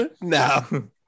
No